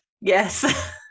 Yes